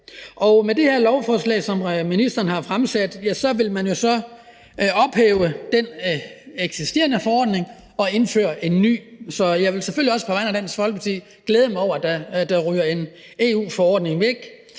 Med det her lovforslag, som ministeren har fremsat, vil man jo så ophæve den eksisterende forordning og indføre en ny. Så jeg vil selvfølgelig også på vegne af Dansk Folkeparti glæde mig over, at der ryger en EU-forordning væk,